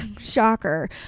Shocker